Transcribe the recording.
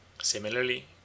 Similarly